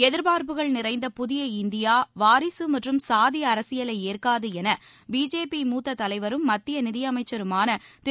எதிர்பார்ப்புகள் நிறைந்த புதிய இந்தியா வாரிசு மற்றும் சாதி அரசியலை ஏற்காது என பிஜேபி மூத்த தலைவரும் மத்திய நிதியமைச்சருமான திரு